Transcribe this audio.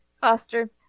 Foster